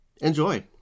Enjoy